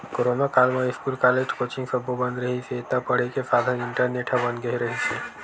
corona काल म school, college, coaching सब्बो बंद रिहिस हे त पड़ई के साधन इंटरनेट ह बन गे रिहिस हे